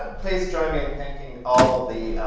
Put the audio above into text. ah please join me in thanking all of the